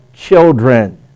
Children